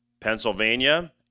Pennsylvania